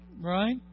Right